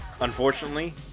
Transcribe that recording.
unfortunately